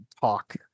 talk